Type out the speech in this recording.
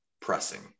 pressing